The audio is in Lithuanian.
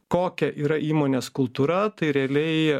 kokia yra įmonės kultūra tai realiai